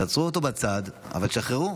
שימו אותו בצד אבל תשחררו.